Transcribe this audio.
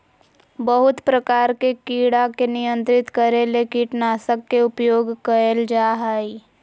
बहुत प्रकार के कीड़ा के नियंत्रित करे ले कीटनाशक के उपयोग कयल जा हइ